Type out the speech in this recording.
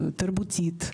תרבותית,